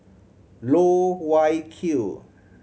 Loh Wai Kiew